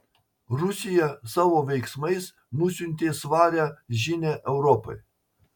rusija savo veiksmais nusiuntė svarią žinią europai